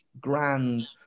grand